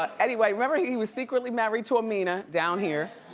ah anyway, remember he was secretly married to amina, down here,